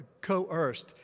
coerced